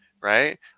Right